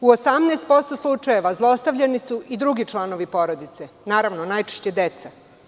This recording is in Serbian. U 18% slučajeva zlostavljeni su i drugi članovi porodice, naravno, najčešće deca.